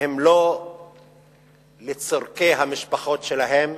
הם לא לצורכי המשפחות שלהם